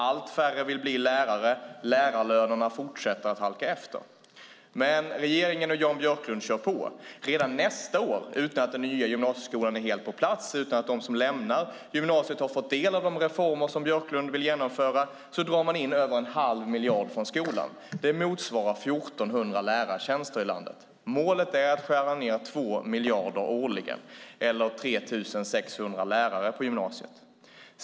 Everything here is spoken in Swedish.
Allt färre vill bli lärare, och lärarlönerna fortsätter att halka efter. Men regeringen och Jan Björklund kör på. Redan nästa år, utan att den nya gymnasieskolan är helt på plats och utan att de som lämnar gymnasiet har fått del av de reformer som Björklund vill genomföra, drar man in över en halv miljard från skolan. Det motsvarar 1 400 lärartjänster i landet. Målet är att skära ned med 2 miljarder årligen, eller 3 600 lärare på gymnasiet.